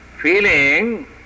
Feeling